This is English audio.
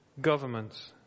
governments